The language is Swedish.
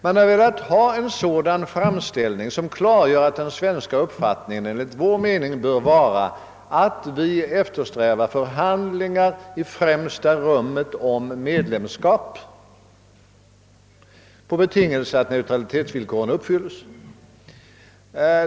Vi har velat ha en framställning som klargör att Sverige eftersträvar förhandlingar i främsta rummet om medlemskap under betingelsen att neutralitetsvillkoren uppfylls.